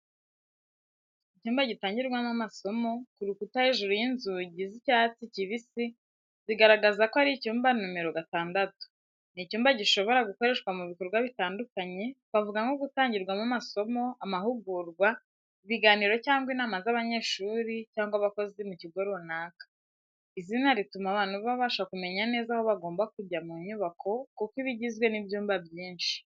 Icyumba gitangirwamo amasomo, ku rukuta hejuru y’inzugi z’icyatsi kibisi zigaragaza ko ari icyumba nomero gatandatu. Ni icyumba gishobora gukoreshwa mu bikorwa bitandukanye, twavuga nko gutangirwamo amasomo, amahugurwa, ibiganiro cyangwa inama z’abanyeshuri cyangwa abakozi mu kigo runaka. Izina rituma abantu babasha kumenya neza aho bagomba kujya mu nyubako kuko iba igizwe n’ibyumba byinshi.